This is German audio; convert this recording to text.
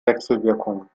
wechselwirkung